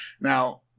now